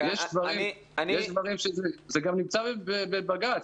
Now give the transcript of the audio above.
זה גם נמצא בבג"ץ.